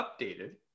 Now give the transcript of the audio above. updated